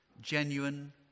genuine